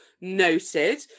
Noted